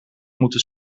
moeten